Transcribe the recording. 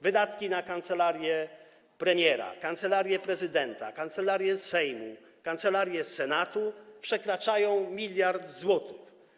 Wydatki na kancelarię premiera, Kancelarię Prezydenta, Kancelarię Sejmu, Kancelarię Senatu przekraczają miliard złotych.